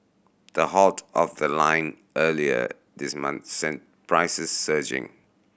the halt of the line earlier this month sent prices surging